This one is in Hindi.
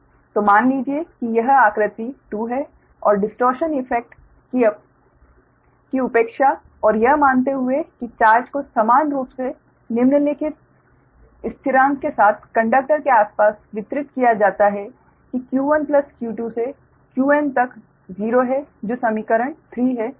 तो मान लीजिए कि यह आंकृति 2 है और डिस्टोर्शन इफैक्ट की उपेक्षा और यह मानते हुए कि चार्ज को समान रूप से निम्नलिखित स्थिरांक के साथ कंडक्टर के आसपास वितरित किया जाता है कि q1 q2 से qn तक 0 है जो समीकरण 3 है